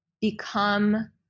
become